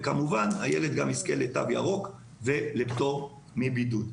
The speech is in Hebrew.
וכמובן, הילד יזכה לתו ירוק ולפטור מבידוד.